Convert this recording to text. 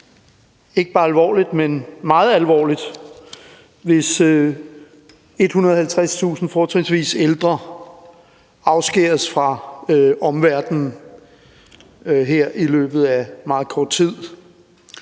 ikke bare er alvorligt, men meget alvorligt, hvis 150.000 fortrinsvis ældre afskæres fra omverdenen her i løbet af meget kort tid,